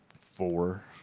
four